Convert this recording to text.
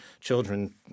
children